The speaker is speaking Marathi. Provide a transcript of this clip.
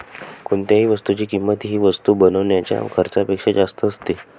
कोणत्याही वस्तूची किंमत ही वस्तू बनवण्याच्या खर्चापेक्षा जास्त असते